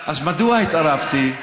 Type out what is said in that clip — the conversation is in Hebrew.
אז מדוע התערבתי?